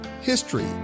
history